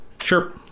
Sure